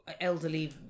elderly